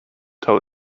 tell